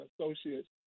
associates